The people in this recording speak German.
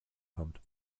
kommt